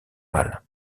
mal